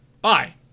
bye